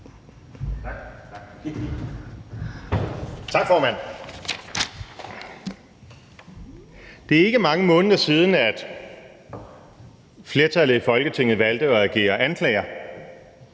Tak, formand. Det er ikke mange måneder siden, at flertallet i Folketinget valgte at agere anklager,